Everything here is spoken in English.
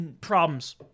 problems